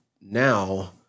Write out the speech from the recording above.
now